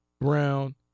Brown